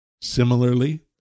Similarly